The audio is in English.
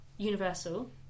Universal